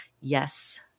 yes